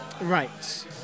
Right